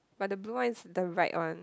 but the blue one is the right one